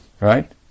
right